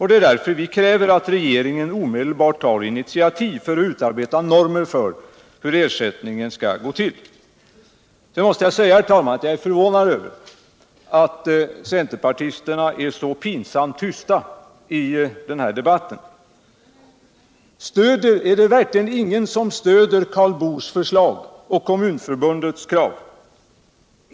Det är därför vi kräver att regeringen omedelbart tar initiativ till att utarbeta normer för hur ersättningen skall ske. Sedan måste jag säga, herr talman, att jag är förvånad över att centerpartisterna är så pinsamt tysta i den här debatten. Är det verkligen ingen som stöder Karl Boos förslag och Kommunförbundets krav?